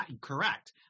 correct